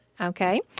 Okay